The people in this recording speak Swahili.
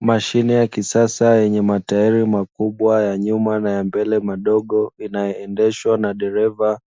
Mashine ya kisasa yenye matairi makubwa ya nyuma, na ya mbele madogo inayoendeshwa na dereva,